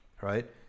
right